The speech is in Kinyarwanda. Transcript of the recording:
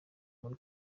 muri